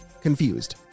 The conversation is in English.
confused